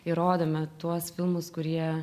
ir rodome tuos filmus kurie